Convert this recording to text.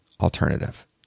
alternative